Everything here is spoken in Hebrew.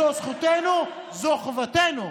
זו זכותנו וזו חובתנו.